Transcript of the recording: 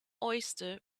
oyster